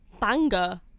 banger